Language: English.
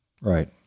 Right